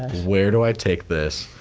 where do i take this,